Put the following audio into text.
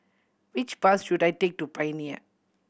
which bus should I take to Pioneer